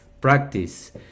practice